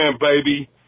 baby